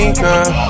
girl